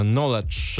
Knowledge